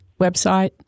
website